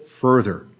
further